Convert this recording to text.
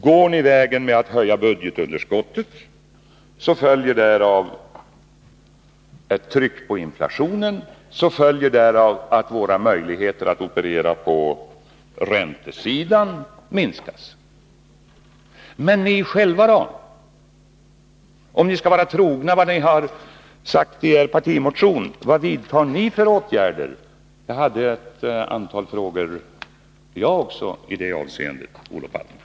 Går ni vägen att höja budgetunderskottet, följer därav att det blir ett tryck på inflationen, att våra möjligheter att operera på räntesidan minskas. Men ni själva då? Vilka åtgärder vidtar ni om ni skall vara trogna vad ni har sagti er partimotion? Jag hade ett antal frågor i det avseendet jag också, Olof Palme.